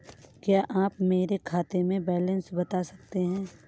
क्या आप मेरे खाते का बैलेंस बता सकते हैं?